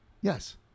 Yes